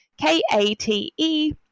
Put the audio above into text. K-A-T-E